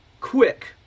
quick